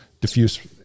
diffuse